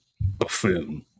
buffoon